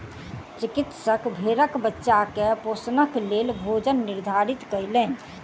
चिकित्सक भेड़क बच्चा के पोषणक लेल भोजन निर्धारित कयलैन